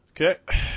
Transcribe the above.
Okay